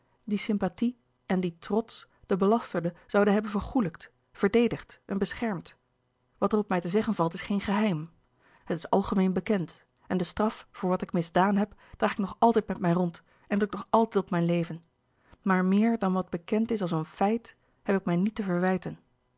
die sympathie en die trots de belasterde zouden hebben vergoêlijkt verdedigd en beschermd wat er op mij te zeggen valt is geen geheim het is algemeen bekend en de straf voor wat ik misdaan heb draag ik nog altijd met mij rond en drukt nog altijd op mijn leven maar meer dan wat bekend is als een feit heb ik mij niet te verwijten